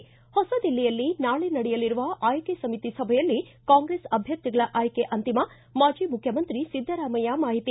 ಿ ಹೊಸ ದಿಲ್ಲಿಯಲ್ಲಿ ನಾಳೆ ನಡೆಯಲಿರುವ ಆಯ್ಕೆ ಸಮಿತಿ ಸಭೆಯಲ್ಲಿ ಕಾಂಗ್ರೆಸ್ ಅಭ್ಯರ್ಥಿಗಳ ಆಯ್ಕೆ ಅಂತಿಮ ಮಾಜಿ ಮುಖ್ಖಮಂತ್ರಿ ಸಿದ್ದರಾಮಯ್ಯ ಮಾಹಿತಿ